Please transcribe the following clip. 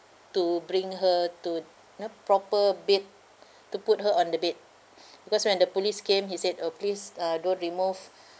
help to bring her to you know proper bed to put her on the bed because when the police came he said oh please uh don't remove